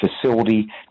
facility